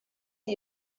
sie